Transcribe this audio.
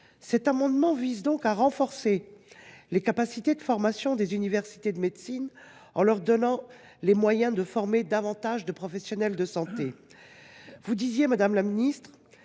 Cet amendement vise à renforcer les capacités de formation des universités de médecine, en leur donnant les moyens de former davantage de professionnels de santé. Vous disiez précédemment, madame la ministre,